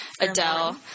Adele